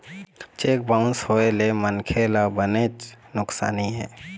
cheque bounce होए ले मनखे ल बनेच नुकसानी हे